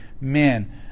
man